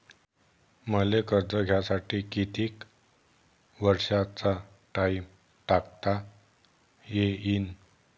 मले कर्ज घ्यासाठी कितीक वर्षाचा टाइम टाकता येईन?